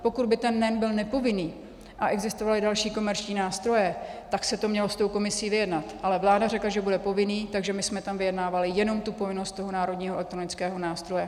Pokud by ten NEN byl nepovinný a existovaly další komerční nástroje, tak se to mělo s tou komisí vyjednat, ale vláda řekla, že bude povinný, takže my jsme tam vyjednávali jenom tu povinnost toho Národního elektronického nástroje.